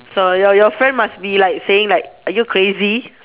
so your your friend must be like saying like are you crazy